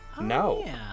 No